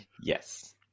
Yes